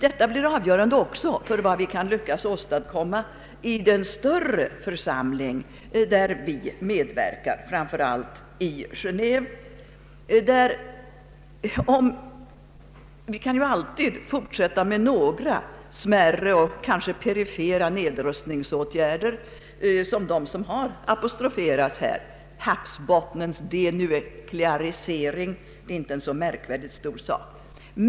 Detta blir avgörande också för vad vi lyckas åstadkomma i den vidare krets där vi medverkar, framför allt i Genéve. Vi kan där alltid fortsätta med några smärre och kanske perifera nedrustningsåtgärder, t.ex. havsbottnens denuklearisering som har apostroferats här.